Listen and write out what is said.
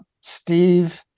Steve